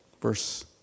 verse